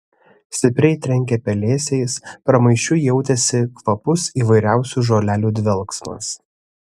stipriai trenkė pelėsiais pramaišiui jautėsi kvapus įvairiausių žolelių dvelksmas